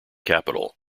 capital